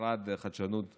למשרד החדשנות,